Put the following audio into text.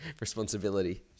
responsibility